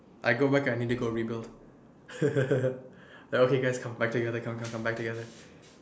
I go back I need to go rebuild okay guys come back together come come back together